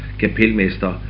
kapelmester